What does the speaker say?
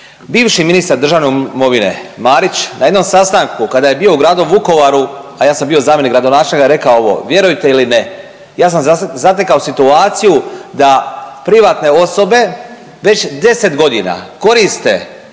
Bivši ministar državne imovine Marić na jednom sastanku kada je bio u Gradu Vukovaru, a ja sam bio zamjenik gradonačelnika, je rekao ovo: „Vjerujte ili ne, ja sam zatekao situaciju da privatne osobe već 10 godina koriste